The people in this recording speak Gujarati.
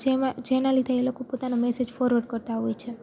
જેવાં જેના લીધે એ લોકો પોતાનો મેસેજ ફોરવર્ડ કરતાં હોય છે